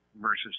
versus